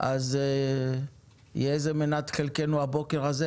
אז יהא זה מנת חלקנו הבוקר הזה.